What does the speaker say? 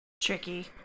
Tricky